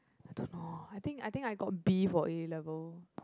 I don't know I think I think B for A-level